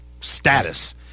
status